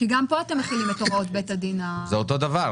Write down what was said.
זה אותו דבר.